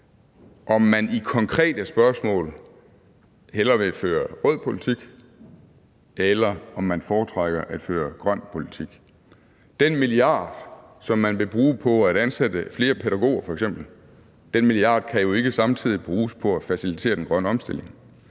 om man i konkrete spørgsmål hellere vil føre rød politik, eller om man foretrækker at føre grøn politik. Den milliard, som man vil bruge på at ansætte flere pædagoger f.eks., kan jo ikke samtidig bruges på at facilitere den grønne omstilling,